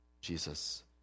Jesus